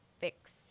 fix